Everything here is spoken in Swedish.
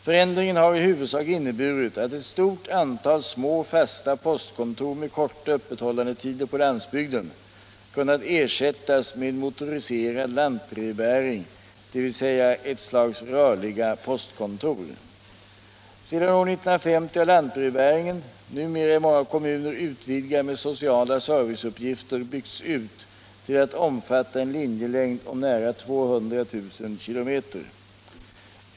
Förändringen har i huvudsak inneburit att ett stort antal små fasta postkontor med korta öppethållandetider på landsbygden kunnat ersättas med motoriserad lantbrevbäring, dvs. ett slags rörliga postkontor. Sedan år 1950 har lantbrevbäringen, numera i många kommuner utvidgad med sociala serviceuppgifter, byggts ut till att omfatta en linjelängd om nära 200 000 km.